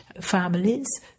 families